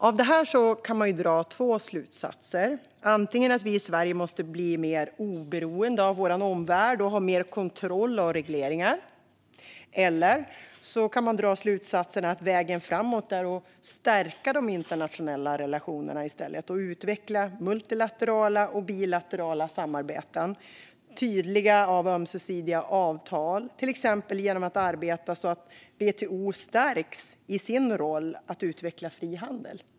Av detta kan man dra två slutsatser: antingen att vi i Sverige måste bli mer oberoende av vår omvärld och ha mer kontroll och regleringar eller att vägen framåt i stället är att stärka de internationella relationerna och utveckla multilaterala och bilaterala samarbeten och tydliga och ömsesidiga avtal, till exempel genom att arbeta så att WTO stärks i sin roll att utveckla frihandel.